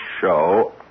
show